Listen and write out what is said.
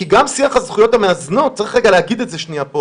גם שיח הזכויות המאזנות, צריך להגיד את זה פה,